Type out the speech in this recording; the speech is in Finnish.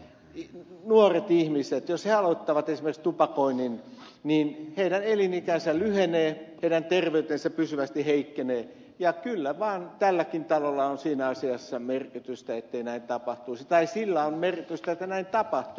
jos nuoret ihmiset aloittavat esimerkiksi tupakoinnin niin heidän elinikänsä lyhenee heidän terveytensä pysyvästi heikkenee ja kyllä vaan tälläkin talolla on siinä asiassa merkitystä ettei näin tapahtuisi tai sillä on merkitystä että näin tapahtuu